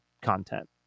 content